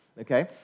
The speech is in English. okay